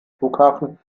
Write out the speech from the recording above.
flughafen